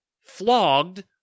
flogged